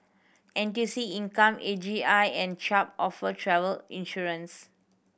N T U C Income A G I and Chubb offer travel insurance